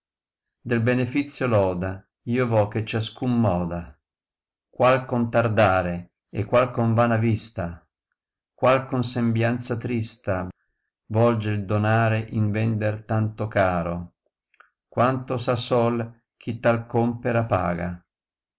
del benefizio loda io to che ciascun m oda qual con tardare e qual con vana tìsta qual con sembianza trista tolge il donare in vender tanto caro quanto sa sol chi tal compera paga